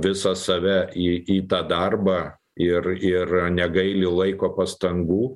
visą save į į tą darbą ir ir negaili laiko pastangų